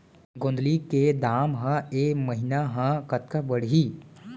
गोंदली के दाम ह ऐ महीना ह कतका बढ़ही?